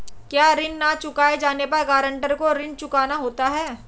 क्या ऋण न चुकाए जाने पर गरेंटर को ऋण चुकाना होता है?